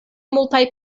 multaj